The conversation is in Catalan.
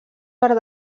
per